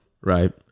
Right